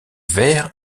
vert